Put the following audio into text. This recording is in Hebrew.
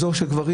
אזור של גברים,